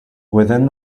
within